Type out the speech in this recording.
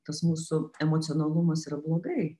tas mūsų emocionalumas yra blogai